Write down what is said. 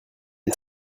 est